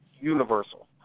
universal